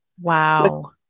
Wow